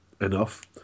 enough